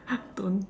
don't